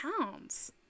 pounds